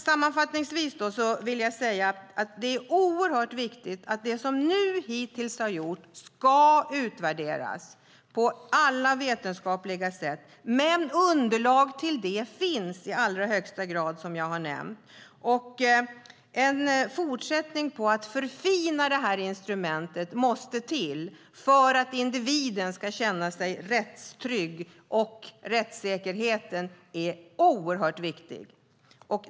Sammanfattningsvis vill jag säga att det är oerhört viktigt att det som hittills har gjorts ska utvärderas på alla vetenskapliga sätt, men underlag till det finns i allra högsta grad, som jag har nämnt. En fortsättning för att förfina detta instrument måste till för att individen ska känna sig rättstrygg. Rättssäkerheten är oerhört viktig.